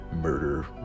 murder